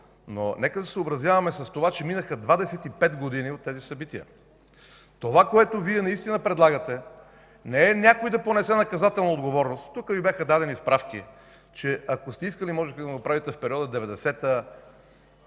но нека да се съобразяваме с това, че минаха 25 години от тези събития. Това, което Вие наистина предлагате, не е някой да понесе наказателна отговорност. Тук Ви бяха дадени справки, че ако сте искали, можехте да го направите в периода 1990-2001